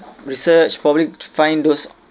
research probably to find those